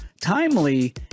timely